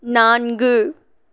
நான்கு